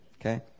Okay